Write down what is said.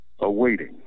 awaiting